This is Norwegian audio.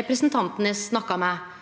representanten har snakka med,